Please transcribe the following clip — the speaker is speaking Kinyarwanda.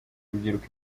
urubyiruko